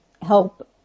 help